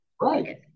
right